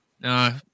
No